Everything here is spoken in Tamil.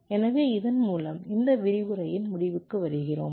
எனவே இதன் மூலம் இந்த விரிவுரையின் முடிவுக்கு வருகிறோம்